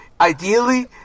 ideally